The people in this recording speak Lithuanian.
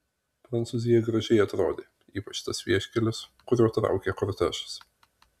prancūzija gražiai atrodė ypač tas vieškelis kuriuo traukė kortežas